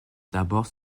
d’abord